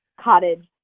cottage